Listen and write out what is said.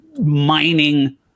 mining